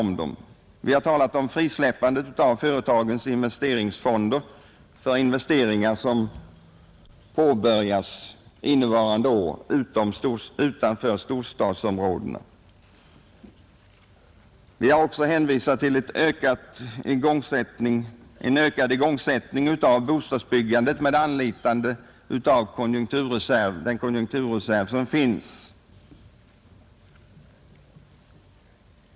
Vi har i reservationen krävt frisläppandet av företagens investeringsfonder för investeringar som påbörjas innevarande år utanför storstadsområdena. Vi har också hänvisat till en ökad igångsättning av bostadsbyggande med anlitande av den konjunkturreserv som finns.